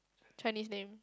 Chinese name